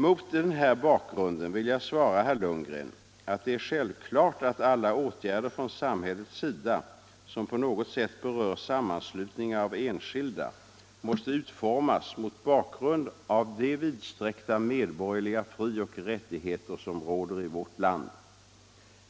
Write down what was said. Mot den här bakgrunden vill jag svara herr Lundgren att det är självklart att alla åtgärder från samhällets sida som på något sätt berör sammanslutningar av enskilda måste utformas mot bakgrund av de vidsträckta medborgerliga frioch rättigheter som råder i vårt land.